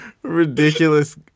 ridiculous